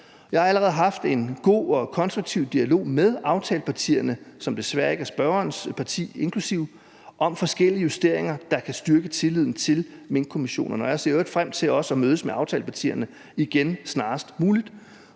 jeg har allerede haft en god og konstruktiv dialog med aftalepartierne – som desværre ikke er inklusive spørgerens parti – om forskellige justeringer, der kan styrke tilliden til minkkommissionerne, og jeg ser i øvrigt også frem til at mødes med aftalepartierne igen snarest muligt.